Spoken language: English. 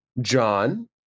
John